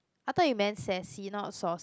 I thought you meant sassy not sauce